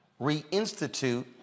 reinstitute